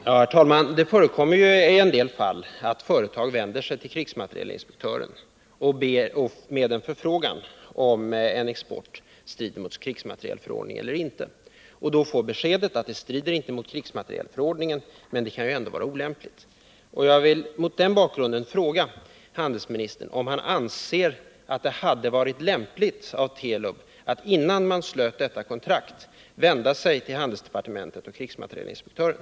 Herr talman! Det förekommer i en del fall att företag vänder sig till krigsmaterielinspektören med en förfrågan om en export strider mot krigsmaterielförordningen eller inte, och då får beskedet att det inte strider mot krigsmaterielförordningen, men att exporten ändå kan vara olämplig. Mot den bakgrunden vill jag fråga handelsministern: Anser handelsministern att det hade varit lämpligt av Telub att innan man slöt detta kontrakt vända sig till handelsdepartementet och krigsmaterielinspektören?